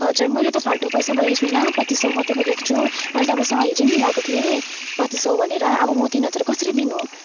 हजुर मैले त फाल्तु पैसा बोकेको छुइनँ पच्चिस सय मात्रै बोकेको छु मैले तपाईँसँग हिजै मिलाएको थिएँ पच्चिस सय भनेर अब म तिन हजार कसरी दिनु